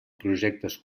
projectes